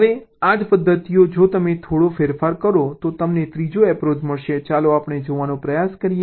હવે આ જ પદ્ધતિઓમાં જો તમે થોડો ફેરફાર કરી શકો તો તમને ત્રીજો એપ્રોચ મળશે ચાલો આપણે જોવાનો પ્રયાસ કરીએ